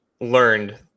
learned